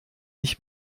ich